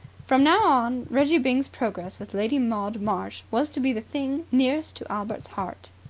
from now on reggie byng's progress with lady maud marsh was to be the thing nearest to albert's heart.